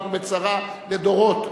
אנחנו בצרה לדורות.